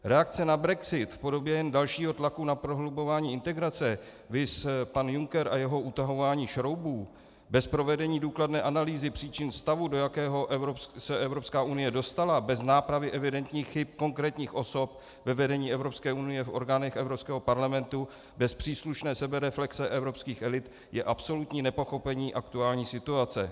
Reakce na brexit v podobě dalšího tlaku na prohlubování integrace, viz pan Juncker a jeho utahování šroubů, bez provedení důkladné analýzy příčin stavu, do jakého se Evropská unie dostala, bez nápravy evidentních chyb konkrétních osob ve vedení Evropské unie, v orgánech Evropského parlamentu, bez příslušné sebereflexe evropských elit je absolutní nepochopení aktuální situace.